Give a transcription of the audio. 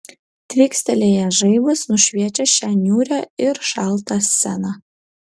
tvykstelėjęs žaibas nušviečia šią niūrią ir šaltą sceną